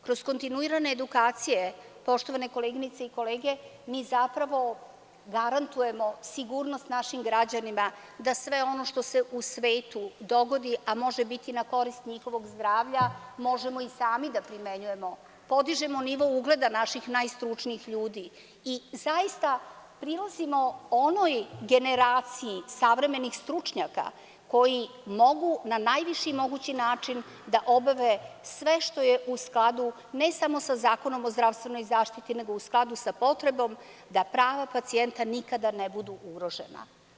Kroz kontinuirane edukacije, poštovane koleginice i kolege, mi zapravo garantujemo sigurnost našim građanima da sve ono što se u svetu dogodi, a može biti na korist njihovog zdravlja, možemo i sami da primenjujemo, podižemo nivo ugleda naših najstručnijih ljudi i zaista prilazimo onoj generaciji savremenih stručnjaka koji mogu na najviši mogući način da obave sve što je u skladu ne samo sa Zakonom o zdravstvenoj zaštiti, nego u skladu sa potrebom da prava pacijenta nikada budu ugrožena.